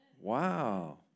Wow